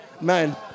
Man